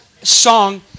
song